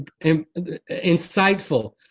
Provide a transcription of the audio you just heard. insightful